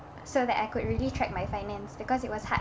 so that I could really track my finance because it was hard